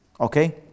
Okay